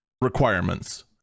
requirements